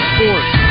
Sports